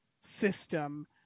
system